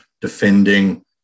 defending